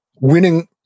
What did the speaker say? winning